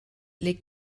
les